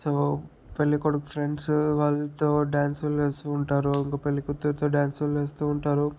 so పెళ్ళికొడుకు friends వాళ్ళతో డ్యాన్స్లు వేస్తూ ఉంటారు ఇంకా పెళ్ళికూతురితో డ్యాన్స్లు వేస్తూ ఉంటారు